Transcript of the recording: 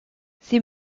sie